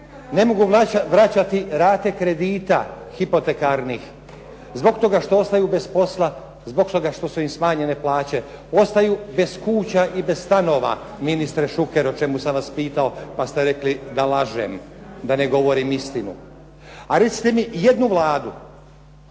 ne mogu vraćati rate kredita hipotekarnih zbog toga što ostaju bez posla, zbog toga što su im smanjene plaće ostaju bez kuća i bez stanova ministre Šuker o čemu sam vas pitao pa ste rekli da lažem, da ne govorim istinu. A recite mi jednu Vladu